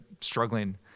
struggling